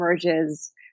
emerges